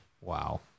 Wow